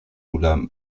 ruler